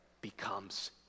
becomes